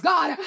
God